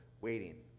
waiting